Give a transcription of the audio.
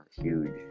huge